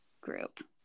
group